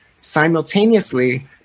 simultaneously